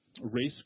race